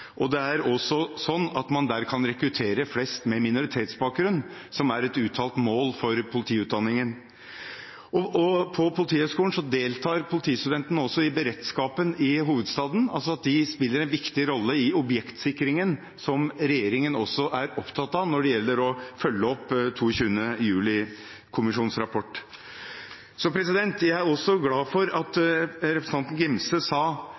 Der kan man også rekruttere flest med minoritetsbakgrunn, noe som er et uttalt mål for politiutdanningen. På Politihøgskolen deltar politistudentene også i beredskapen i hovedstaden. De spiller altså en viktig rolle i objektsikringen, som regjeringen også er opptatt av når det gjelder å følge opp 22. juli-kommisjonens rapport. Jeg er også glad for at representanten Gimse sa